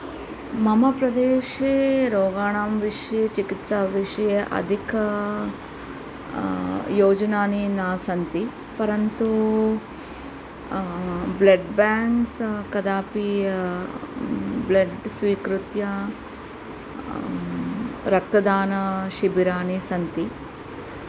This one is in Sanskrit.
मम प्रदेशे रोगाणां विषये चिकित्साविषये अधिक योजनानि न सन्ति परन्तु ब्लड् बेङ्क्स् कदापि ब्लड् स्वीकृत्य रक्तदानशिबिराणि सन्ति